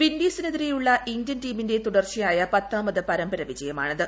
വിൻഡീസിനെതിരെയുള്ള Indian ടീമിന്റെ തുടർച്ചയായപ്രപ്പെട്ട് മത് പരമ്പര വിജയമാണിത്